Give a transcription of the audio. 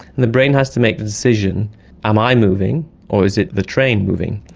and the brain has to make the decision am i moving or is it the train moving?